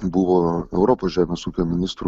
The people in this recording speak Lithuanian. buvo europos žemės ūkio ministrų